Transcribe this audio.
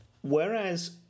Whereas